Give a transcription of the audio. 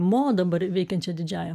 mo dabar veikiančia didžiąja